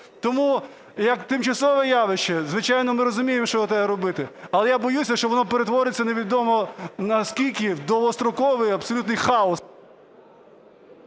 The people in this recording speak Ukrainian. Тому як тимчасове явище, звичайно, ми розуміємо що треба робити, але я боюся, що воно перетвориться, невідомо на скільки, в довгостроковий абсолютний хаос.